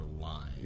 line